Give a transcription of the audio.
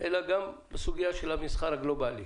אלא גם את הסוגיה של המסחר הגלובאלי.